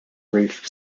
reef